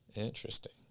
Interesting